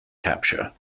capture